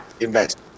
invest